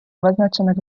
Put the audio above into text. визначених